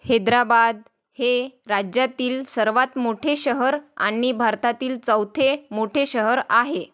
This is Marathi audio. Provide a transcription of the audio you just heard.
हैदराबाद हे राज्यातील सर्वात मोठे शहर आणि भारतातील चौथे मोठे शहर आहे